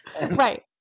Right